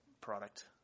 product